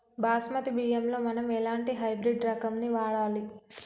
బాస్మతి బియ్యంలో మనం ఎలాంటి హైబ్రిడ్ రకం ని వాడాలి?